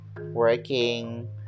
working